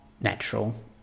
natural